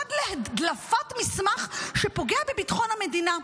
חשד להדלפת מסמך שפוגע בביטחון המדינה.